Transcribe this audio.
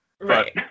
Right